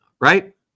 right